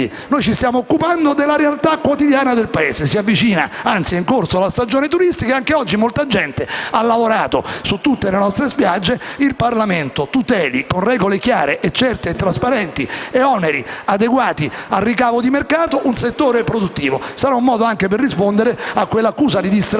ci stiamo occupando della realtà quotidiana del Paese. È in corso la stagione turistica e anche oggi molta gente ha lavorato in tutte le nostre spiagge. Il Parlamento tuteli con regole chiare, certe e trasparenti, e con oneri adeguati al ricavo di mercato, questo settore produttivo. Sarà anche un modo di rispondere a quell'accusa di distrazione